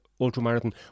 ultramarathon